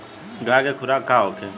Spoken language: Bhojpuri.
गाय के खुराक का होखे?